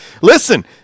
listen